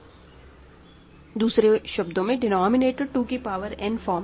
दूसरे शब्दों में डिनॉमिनेटर 2 की पावर n फ़ॉर्म के हैं